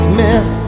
miss